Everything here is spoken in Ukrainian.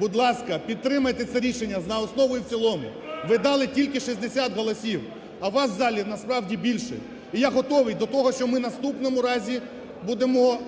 будь ласка, підтримайте це рішення за основу і в цілому. Ви дали тільки 60 голосів, а вас в залі, насправді, більше. І я готовий до того, що ми в наступному разі будемо